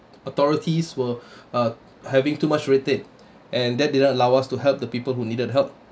authorities were uh having too much red tape and that didn't allow us to help the people who needed help